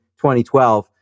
2012